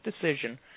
decision